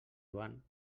joan